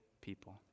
people